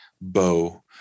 bow